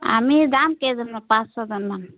আমি যাম কেইজনমান পাঁচ ছজনমান